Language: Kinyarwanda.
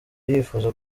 yifuza